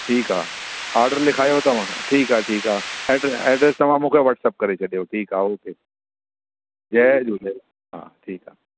ठीकु आहे ऑडर लिखायो तव्हां ठीकु आहे ठीकु आहे एड्रे एड्रेस तव्हां मूंखे व्हाटसप करे छॾियो ठीकु आहे ओके जय झूले हा ठीकु आहे